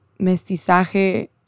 mestizaje